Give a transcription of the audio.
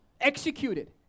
executed